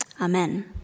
Amen